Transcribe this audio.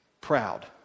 Proud